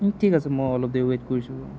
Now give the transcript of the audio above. ঠিক আছে মই অলপ দেৰি ওৱেইট কৰিছোঁ বাৰু